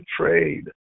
trade